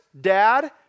dad